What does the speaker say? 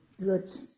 good